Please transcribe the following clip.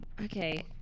Okay